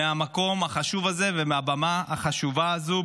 מהמקום החשוב הזה ומהבמה החשובה הזו,